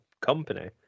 company